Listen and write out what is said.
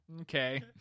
Okay